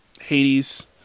Hades